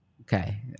Okay